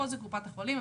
פה זה קופות החולים.